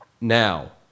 Now